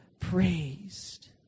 praised